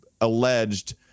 alleged